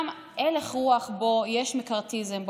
הלך רוח שיש בו מקרתיזם,